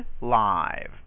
Live